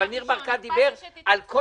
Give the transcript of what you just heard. אבל ניר ברקת דיבר על כל